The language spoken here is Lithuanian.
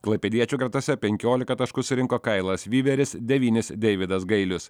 klaipėdiečių gretose penkiolika taškų surinko kailas vyveris devynis deividas gailius